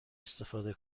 استفاده